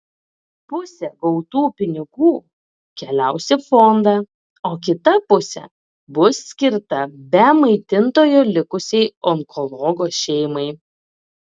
pusė gautų pinigų keliaus į fondą o kita pusė bus skirta be maitintojo likusiai onkologo šeimai